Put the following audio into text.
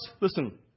listen